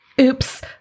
Oops